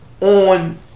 on